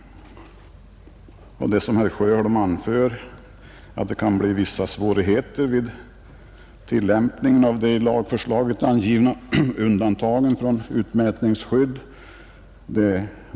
Herr Sjöholm anför att det kan uppstå svårigheter vid tillämpningen av de i lagförslaget angivna undantagen från utmätningsskydd.